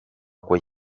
quei